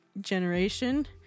generation